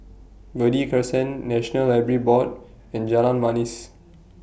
Verde Crescent National Library Board and Jalan Manis